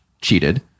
cheated